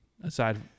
Aside